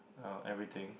uh everything